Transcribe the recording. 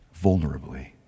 vulnerably